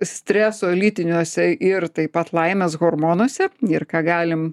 streso lytiniuose ir taip pat laimės hormonuose ir ką galim